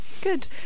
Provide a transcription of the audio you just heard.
Good